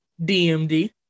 DMD